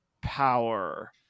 power